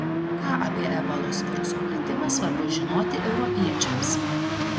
ką apie ebolos viruso plitimą svarbu žinoti europiečiams